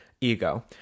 ego